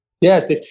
Yes